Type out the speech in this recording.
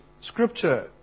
Scripture